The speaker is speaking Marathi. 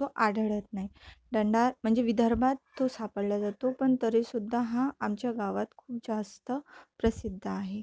तो आढळत नाही डंडार म्हणजे विदर्भात तो सापडल्या जातो पण तरीसुद्धा हा आमच्या गावात खूप जास्त प्रसिद्ध आहे